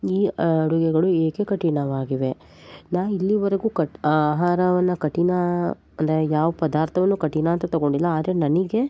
ಈ ಅಡುಗೆಗಳು ಏಕೆ ಕಠಿಣವಾಗಿವೆ ನಾ ಇಲ್ಲಿವರೆಗು ಕಟ್ ಆಹಾರವನ್ನು ಕಠಿಣ ಅಂದರೆ ಯಾವ ಪದಾರ್ಥವನ್ನು ಕಠಿಣ ಅಂತ ತಗೊಂಡಿಲ್ಲ ಆದರೆ ನನಗೆ